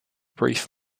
brief